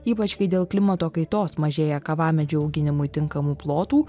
ypač kai dėl klimato kaitos mažėja kavamedžių auginimui tinkamų plotų